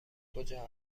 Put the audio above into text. کجا